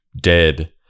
dead